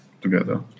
together